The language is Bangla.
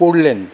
পড়লেন